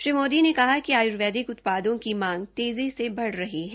श्री मोदी ने कहा कि आयुर्वेदिक उत्पादों की मांग तेजी से बढ रही है